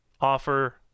offer